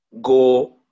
Go